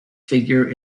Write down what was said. figure